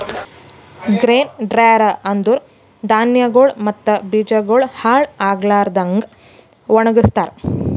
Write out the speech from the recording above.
grain dryer ಅಂದುರ್ ಧಾನ್ಯಗೊಳ್ ಮತ್ತ ಬೀಜಗೊಳ್ ಹಾಳ್ ಆಗ್ಲಾರದಂಗ್ ಒಣಗಸ್ತಾರ್